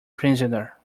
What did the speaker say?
prisoner